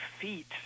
feet